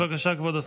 בבקשה, כבוד השר.